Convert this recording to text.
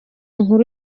nkuru